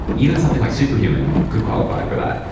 even something like superhuman could qualify for that,